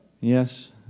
Yes